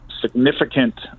significant